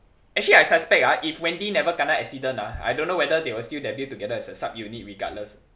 actually I suspect ah if wendy never kena accident ah I don't know whether they were still debut together as a subunit regardless